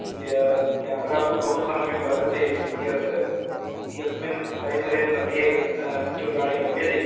तस्य क्यामरा तु बहुसम्यक् वर्तते य य यस्मिन् रैस् रेण्ड् मध्ये दीरवाणी लभ्यते